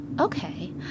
Okay